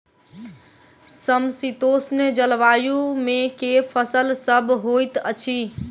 समशीतोष्ण जलवायु मे केँ फसल सब होइत अछि?